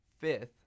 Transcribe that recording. fifth